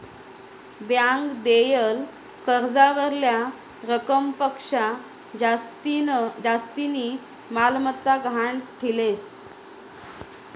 bank देयेल कर्जावरल्या रकमपक्शा जास्तीनी मालमत्ता गहाण ठीलेस